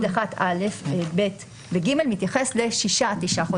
(י)(1)(א), (ב) ו-(ג) מתייחס לשישה-תשעה חודשים.